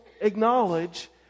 acknowledge